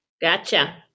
gotcha